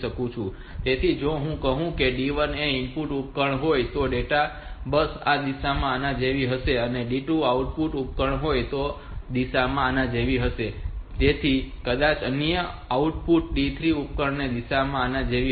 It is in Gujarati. તેથી જો હું કહું કે D1 એક ઇનપુટ ઉપકરણ હોય તો ડેટા બસ આ દિશામાં આના જેવી હશે જો D2 આઉટપુટ ઉપકરણ હોય તો દિશા આના જેવી હશે જેથી કદાચ અન્ય ઓઉટપુટ D3 ઉપકરણની દિશા આના જેવી હશે